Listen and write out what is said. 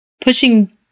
Pushing